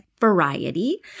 variety